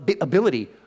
ability